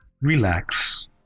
Relax